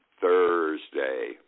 Thursday